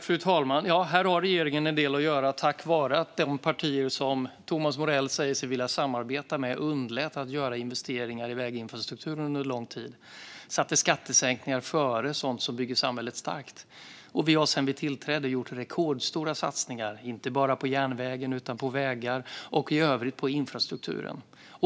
Fru talman! Ja, här har regeringen en del att göra - på grund av att de partier som Thomas Morell säger sig vilja samarbeta med underlät att göra investeringar i väginfrastrukturen under lång tid. De satte skattesänkningar framför sådant som bygger samhället starkt. Vi har sedan vi tillträdde gjort rekordstora satsningar på infrastrukturen, inte bara på järnvägen utan också på vägar och övrigt.